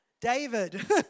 David